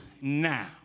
now